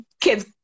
kids